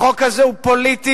החוק הזה הוא פוליטי,